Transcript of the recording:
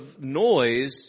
noise